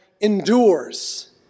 endures